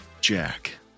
Jack